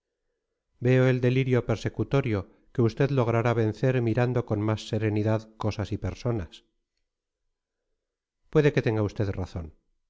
veo el delirio persecutorio que usted logrará vencer mirando con más serenidad cosas y personas puede que tenga usted razón